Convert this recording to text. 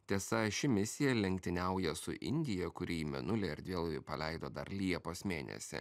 tiesa ši misija lenktyniauja su indija kuri į mėnulį erdvėlaivį paleido dar liepos mėnesį